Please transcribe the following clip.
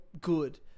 good